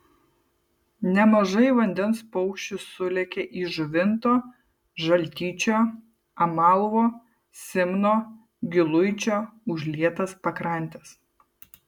nemažai vandens paukščių sulėkė į žuvinto žaltyčio amalvo simno giluičio užlietas pakrantes